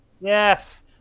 Yes